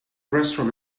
restaurant